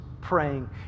praying